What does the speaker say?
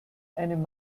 einem